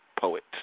poet